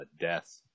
death